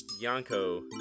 Yanko